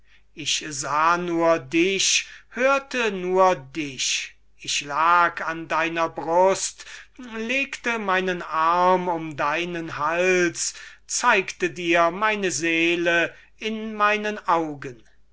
ich sah ich hörte nur dich ich lag an deiner brust ich legte meinen arm um deinen hals ich zeigte dir meine seele in meinen augen